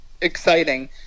exciting